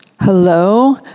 Hello